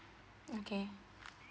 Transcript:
okay